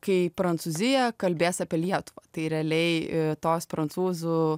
kai prancūzija kalbės apie lietuvą tai realiai tos prancūzų